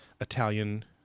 Italian